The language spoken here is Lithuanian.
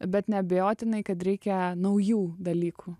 bet neabejotinai kad reikia naujų dalykų